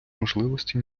можливості